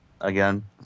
again